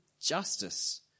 justice